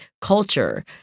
culture